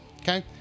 Okay